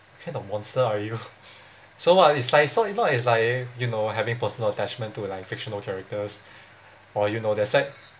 what kind of monster are you so what it's like it's so not it's like you know having personal attachment to like fictional characters or you know their sad